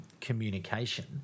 communication